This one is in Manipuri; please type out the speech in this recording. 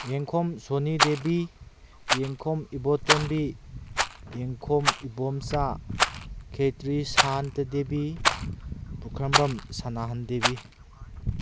ꯌꯦꯡꯈꯣꯝ ꯁꯣꯅꯤ ꯗꯦꯕꯤ ꯌꯦꯡꯈꯣꯝ ꯏꯕꯣꯇꯣꯝꯕꯤ ꯌꯦꯡꯈꯣꯝ ꯏꯕꯣꯝꯆꯥ ꯈꯦꯇ꯭ꯔꯤ ꯁꯥꯟꯇ ꯗꯦꯕꯤ ꯄꯨꯈ꯭ꯔꯝꯕꯝ ꯁꯅꯥꯍꯟ ꯗꯦꯕꯤ